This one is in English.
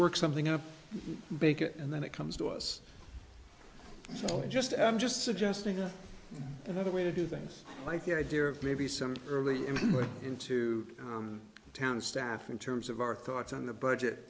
work something up bake it and then it comes to us so i just i'm just suggesting a another way to do things like the idea of maybe some early in way into town staff in terms of our thoughts on the budget